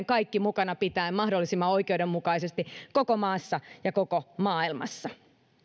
kaikki mukana pitäen mahdollisimman oikeudenmukaisesti koko maassa ja koko maailmassa